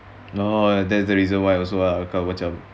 no that's the reason why also got watch them